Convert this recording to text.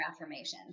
affirmations